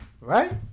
Right